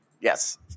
Yes